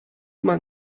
man